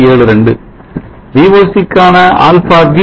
72 VOC க்கான αv 0